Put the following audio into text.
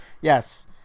Yes